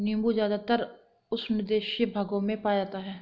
नीबू ज़्यादातर उष्णदेशीय भागों में पाया जाता है